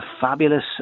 fabulous